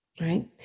Right